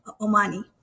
Omani